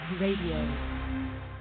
Radio